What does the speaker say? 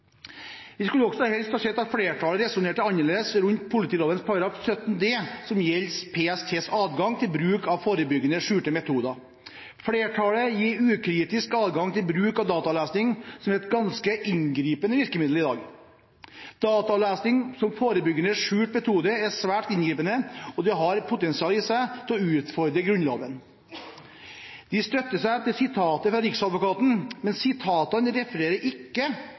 Vi skulle også helst sett at flertallet resonnerte annerledes rundt politiloven § 17 d, som gjelder PSTs adgang til bruk av forebyggende skjulte metoder. Flertallet gir ukritisk adgang til bruk av dataavlesning, som er et ganske inngripende virkemiddel. Dataavlesning som forebyggende skjult metode er svært inngripende, og det har potensial i seg til å utfordre Grunnloven. De støtter seg til sitater fra Riksadvokaten. Men sitatene refererer ikke